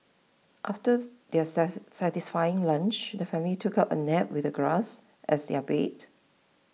after their satisfying lunch the family took a nap with the grass as their bed